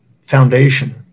foundation